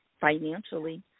financially